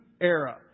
era